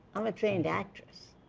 i'm a trained actress